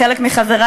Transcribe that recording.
חלק מחברי,